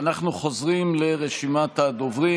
אנחנו חוזרים לרשימת הדוברים.